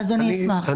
אוקיי, אז אני אשמח.